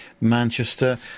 Manchester